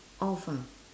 off ah